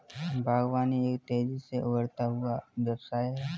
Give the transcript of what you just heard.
बागवानी एक तेज़ी से उभरता हुआ व्यवसाय है